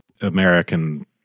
American